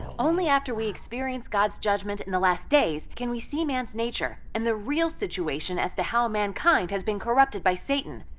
only after we experience god's judgment in the last days can we see man's nature and the real situation as to how mankind has been corrupted by satan,